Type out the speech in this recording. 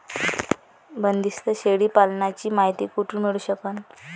बंदीस्त शेळी पालनाची मायती कुठून मिळू सकन?